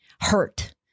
hurt